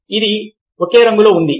ఇది ఒకే రంగులో ఉంది